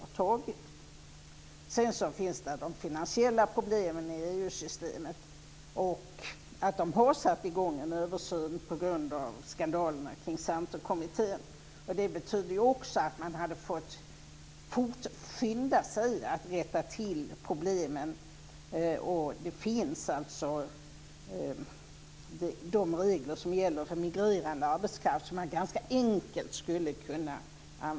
Sedan finns de finansiella problemen i EU systemet. Man har satt i gång en översyn på grund av skandalerna kring Santerkommittén. Det betyder också att man hade fått skynda sig att rätta till problemen. Man skulle ganska enkelt kunna använda de regler som gäller för migrerande arbetskraft.